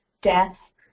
death